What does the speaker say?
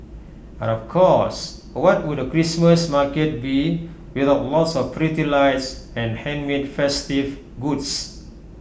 and of course what would A Christmas market be without lots of pretty lights and handmade festive goods